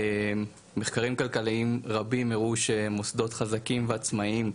מחקרים כלכליים רבים הראו שמוסדות חזקים ועצמאיים,